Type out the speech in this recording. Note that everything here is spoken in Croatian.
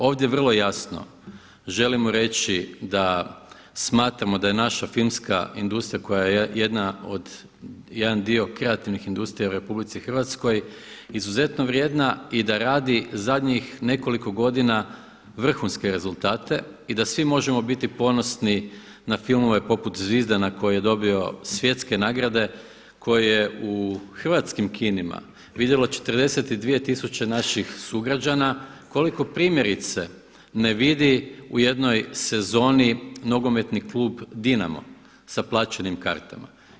Ovdje vrlo jasno želimo reći da smatramo da je naša filmska industrija koja je jedna od jedan dio kreativnih industrija u RH, izuzetno vrijedna i da radi zadnjih nekoliko godina vrhunske rezultate i da svi možemo biti ponosni na filmove poput Zvizdana koji je dobio svjetske nagrade, koji je u hrvatskim kinima vidjelo 42 tisuće naših sugrađana, koliko primjerice ne vidi u jednoj sezoni nogometni klub Dinamo sa plaćenim kartama.